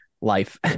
life